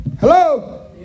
Hello